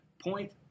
Point